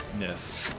Yes